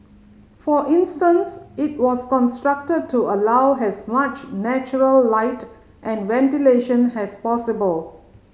for instance it was constructed to allow has much natural light and ventilation has possible